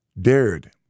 dared